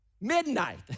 midnight